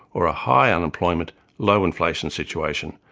or a high unemployment low inflation situation,